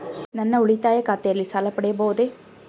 ನನ್ನ ಉಳಿತಾಯ ಖಾತೆಯಲ್ಲಿ ಸಾಲ ಪಡೆಯಬಹುದೇ?